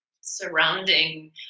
surrounding